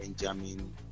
Benjamin